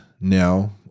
now